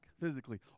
physically